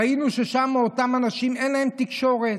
ראינו ששם אותם אנשים, אין להם תקשורת.